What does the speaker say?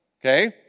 okay